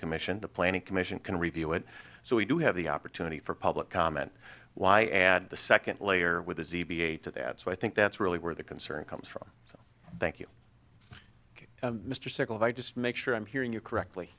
commission the planning commission can review it so we do have the opportunity for public comment why add the second layer with his e p a to that so i think that's really where the concern comes from so thank you mr circle if i just make sure i'm hearing you correctly